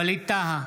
ווליד טאהא,